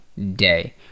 day